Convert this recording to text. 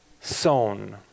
sown